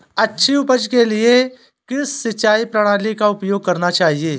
अच्छी उपज के लिए किस सिंचाई प्रणाली का उपयोग करना चाहिए?